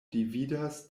dividas